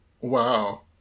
wow